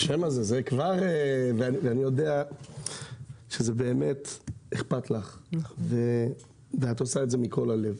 יודע שזה באמת אכפת לך ואת עושה את זה מכל הלב.